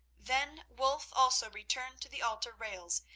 then wulf also returned to the altar rails,